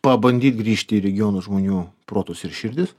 pabandyt grįžt į regionų žmonių protus ir širdis